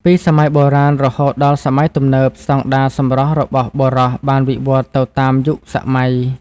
ពីសម័យបុរាណរហូតដល់សម័យទំនើប ស្តង់ដារសម្រស់របស់បុរសបានវិវត្តន៍ទៅតាមយុគសម័យ។